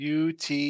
UT